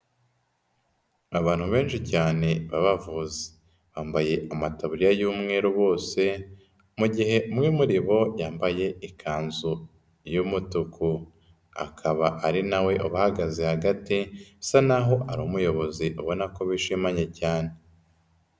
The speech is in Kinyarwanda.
Abantu benshi cyane b'abavuzi bambaye amataburiya y'umweru bose mu gihe umwe muri bo yambaye ikanzu y'umutuku, akaba ari na we ubahagaze hagati bisa naho ari umuyobozi ubona ko bishimanye cyane.